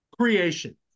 creation